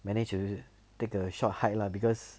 manage to take a short hike lah because